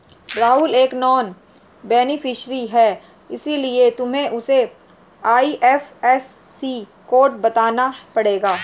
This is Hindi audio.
राहुल एक नॉन बेनिफिशियरी है इसीलिए तुम्हें उसे आई.एफ.एस.सी कोड बताना पड़ेगा